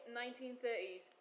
1930s